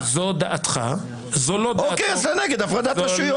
זאת לא דעתו --- אז זה נגד הפרדת רשויות,